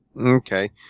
Okay